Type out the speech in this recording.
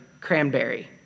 cranberry